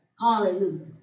Hallelujah